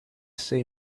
say